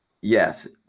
Yes